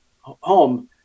home